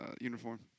uniform